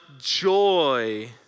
joy